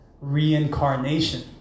reincarnation